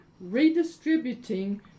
redistributing